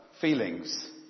feelings